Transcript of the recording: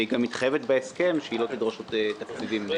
מתחייבת לא לדרוש עוד תקציבים.